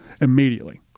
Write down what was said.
immediately